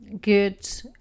good